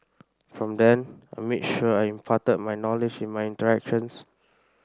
from then I made sure I imparted my knowledge in my interactions